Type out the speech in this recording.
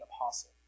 apostle